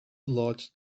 large